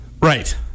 Right